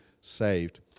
saved